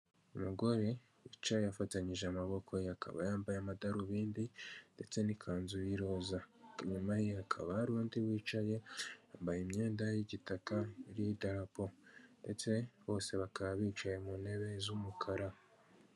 Umugore wicaye afatanyije amaboko ye. Akaba yambaye amadarubindi ndetse n'ikanzu y'iroza. Inyuma ye hakaba hari undi wicaye, yambaye imyenda y'igitaka, iriho idarapo. Ndetse bose bakaba bicaye mu ntebe z'umukara.